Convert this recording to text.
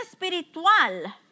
espiritual